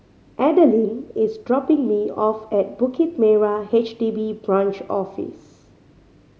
Adalynn is dropping me off at Bukit Merah H D B Branch Office